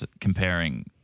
comparing